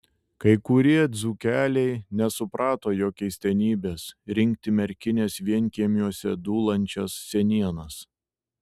kai kurie dzūkeliai nesuprato jo keistenybės rinkti merkinės vienkiemiuose dūlančias senienas